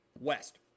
West